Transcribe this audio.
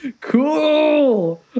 cool